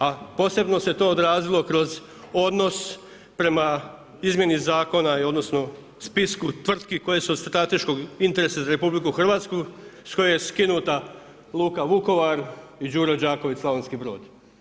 A posebno se to odrazilo kroz odnos prema izmjeni Zakona i odnosno spisku tvrtki koje su od strateškog interesa za RH s koje je skinuta luka Vukovar i Đuro Đaković, Slavonski Brod.